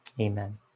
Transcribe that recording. amen